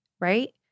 right